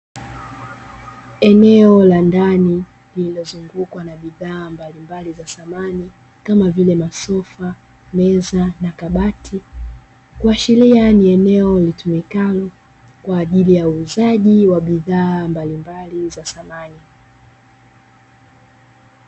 Eneo la ndani lililozungukwa na bidhaa mbali mbali za samani kama vile masofa, meza na kabati, kuashiria ni eneo litumikalo kwa ajili ya uuzaji wa bidhaa mbalmbali za samani.